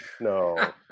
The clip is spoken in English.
No